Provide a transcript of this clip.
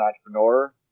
entrepreneur